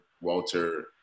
Walter